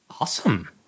Awesome